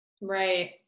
Right